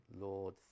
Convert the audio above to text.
Lord